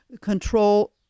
control